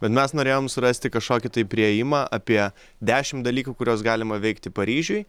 bet mes norėjom surasti kažkokį tai priėjimą apie dešimt dalykų kuriuos galima veikti paryžiuj